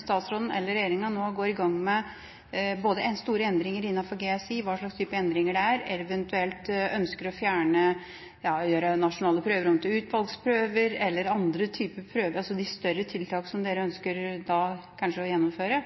statsråden og regjeringa nå går i gang med f.eks. store endringer innenfor GSI, hva slags type endringer det nå er, eventuelt ønsker å gjøre nasjonale prøver om til utvalgsprøver eller andre typer prøver, altså større tiltak som dere kanskje ønsker å gjennomføre,